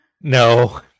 No